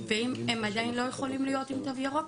ואם הם עדיין לא יכולים להיות עם תו ירוק,